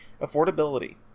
Affordability